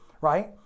right